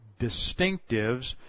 distinctives